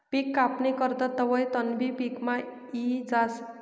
पिक कापणी करतस तवंय तणबी पिकमा यी जास